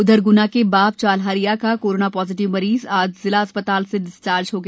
उधर ग्ना के बाप चालहरिया का कोरोना पॉजिटिव मरीज आज जिला अस्पताल से डिस्चार्ज हो गया